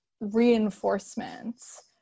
reinforcements